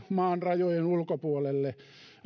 maan rajojen ulkopuolelle